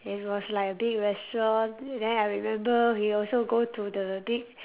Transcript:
it was like a big restaurant then I remember we also go to the big